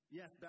yes